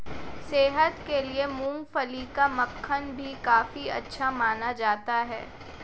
सेहत के लिए मूँगफली का मक्खन भी काफी अच्छा माना जाता है